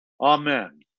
Amen